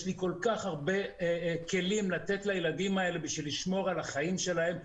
יש לי כל כך הרבה כלים לתת לילדים האלה כדי לשמור על החיים שלהם.